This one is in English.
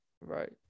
Right